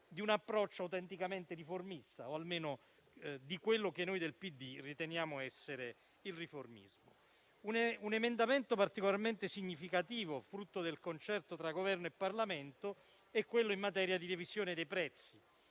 di un approccio autenticamente riformista o, almeno, di quello che noi del PD riteniamo essere il riformismo. Un emendamento particolarmente significativo, frutto del concerto tra Governo e Parlamento, è quello in materia di revisione dei prezzi,